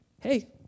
Hey